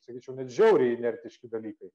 sakyčiau net žiauriai inertiški dalykai